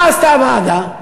מה עשתה הוועדה?